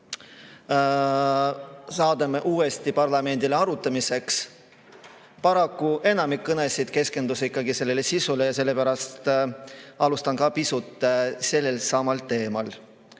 või saadame uuesti parlamendile arutamiseks, paraku enamik kõnesid keskendus ikkagi sisule. Sellepärast alustan ka pisut sellelsamal teemal.